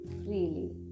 freely